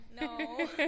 no